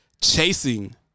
chasing